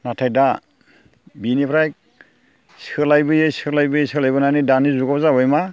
नाथाय दा बिनिफ्राय सोलायबोयै सोलायबोयै सोलायबोनानै दानि जुगाव जाबाय मा